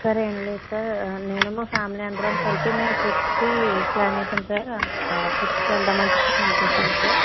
sir ఏం లేదు sir నేను మా ఫ్యామిలీ అందరం కలిపి మేం ట్రిప్కి ప్లాన్ వేసాం సార్ ట్రిప్కి వెళ్దాం అని చెప్పేసి అనుకుంటున్నాం సార్